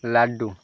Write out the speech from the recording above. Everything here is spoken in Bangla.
লাড্ডু